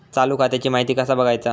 चालू खात्याची माहिती कसा बगायचा?